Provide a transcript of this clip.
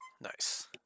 Nice